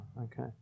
okay